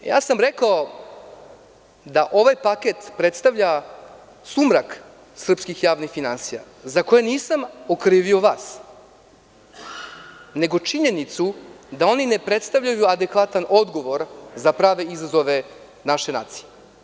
Rekao sam da ovaj paket predstavlja sumrak srpskih javnih finansija, za koje nisam okrivio vas, nego činjenicu da oni ne predstavljaju adekvatan odgovor za prave izazove naše nacije.